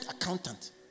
accountant